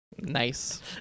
nice